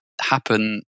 happen